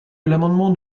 l’amendement